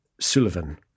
Sullivan